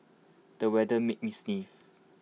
the weather made me sneeze